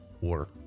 work